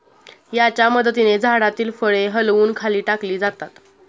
याच्या मदतीने झाडातील फळे हलवून खाली टाकली जातात